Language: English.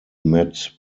met